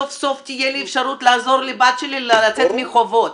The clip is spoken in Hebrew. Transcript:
סוף סוף תהיה לי אפשרות לעזור לבת שלי לצאת מהחובות.